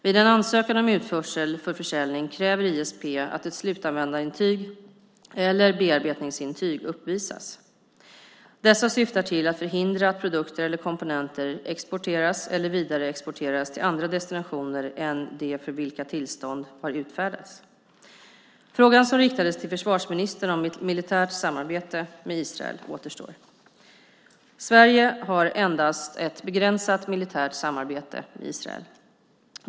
Vid en ansökan om utförsel för försäljning kräver ISP att ett slutanvändarintyg eller bearbetningsintyg uppvisas. Dessa syftar till att förhindra att produkter eller komponenter exporteras eller vidareexporteras till andra destinationer än dem för vilka tillstånd har utfärdats. Frågan som riktades till försvarsministern om ett militärt samarbete med Israel återstår. Sverige har endast ett begränsat militärt samarbete med Israel.